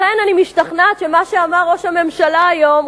לכן אני משתכנעת שמה שאמר ראש הממשלה היום,